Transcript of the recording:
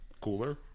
cooler